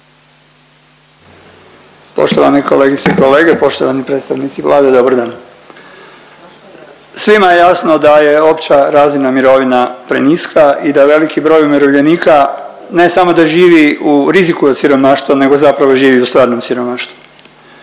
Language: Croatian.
Poštovane kolegice i kolege, poštovani predstavnici Vlade dobar dan. Svima je jasno da je opća razina mirovina preniska i da je veliki broj umirovljenika ne samo da živi u riziku od siromaštva nego zapravo živi u stvarnom siromaštvu.